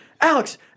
Alex